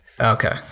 Okay